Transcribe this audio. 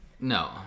No